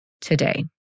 today